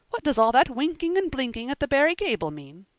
what does all that winking and blinking at the barry gable mean?